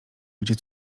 gdzie